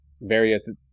various